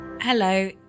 hello